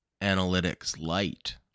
analytics-light